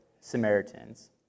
Samaritans